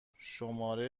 شماره